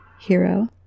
hero